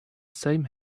same